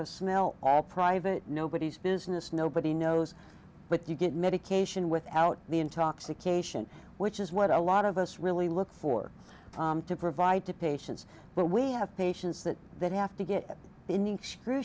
of smell are private nobody's business nobody knows but you get medication without the intoxication which is what a lot of us really look for to provide to patients but we have patients that that have to get